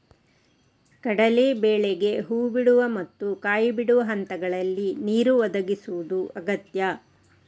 ಕಡಲೇ ಬೇಳೆಗೆ ಹೂ ಬಿಡುವ ಮತ್ತು ಕಾಯಿ ಬಿಡುವ ಹಂತಗಳಲ್ಲಿ ನೀರು ಒದಗಿಸುದು ಅಗತ್ಯ